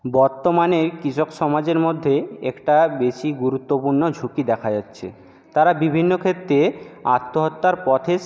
বর্তমানে কৃষক সমাজের মধ্যে একটা বেশি গুরুত্বপূর্ণ ঝুঁকি দেখা যাচ্ছে তারা বিভিন্ন ক্ষেত্রে আত্মহত্যার পথে